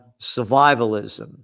survivalism